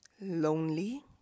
lonely